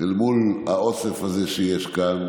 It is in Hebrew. אל מול האוסף הזה שיש כאן,